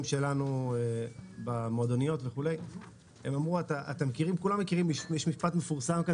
שלנו במועדוניות, כולם מכירים משפט מפורסם: